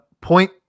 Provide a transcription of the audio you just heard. point